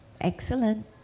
Excellent